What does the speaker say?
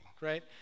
right